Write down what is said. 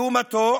לעומתו